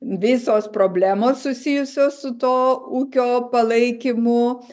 visos problemos susijusios su tuo ūkio palaikymu